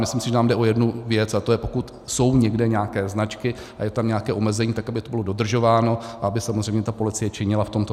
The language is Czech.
Myslím si, že nám jde o jednu věc, a to pokud jsou někde nějaké značky a je tam nějaké omezení, tak aby to bylo dodržováno, aby samozřejmě ta policie činila v tomto.